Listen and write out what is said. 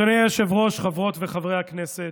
אדוני היושב-ראש, חברות וחברי הכנסת,